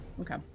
Okay